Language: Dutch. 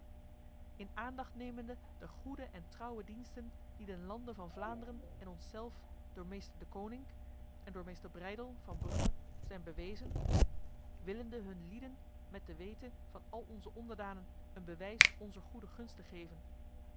in aandacht nemende de goede en trouwe diensten die den lande van vlaanderen en onszelf door meester deconinck en door meester breydel van brugge zijn bewezen willende hun lieden met de wete van al onze onderdanen een bewijs onzer goede gunsten geven